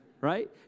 right